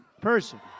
Person